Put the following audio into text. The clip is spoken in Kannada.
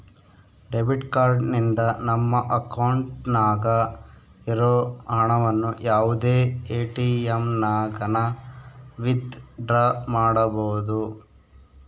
ಡೆಬಿಟ್ ಕಾರ್ಡ್ ನಿಂದ ನಮ್ಮ ಅಕೌಂಟ್ನಾಗ ಇರೋ ಹಣವನ್ನು ಯಾವುದೇ ಎಟಿಎಮ್ನಾಗನ ವಿತ್ ಡ್ರಾ ಮಾಡ್ಬೋದು